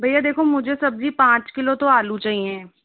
भैया देखो मुझे सब्ज़ी पाँच किलो तो आलू चाहिये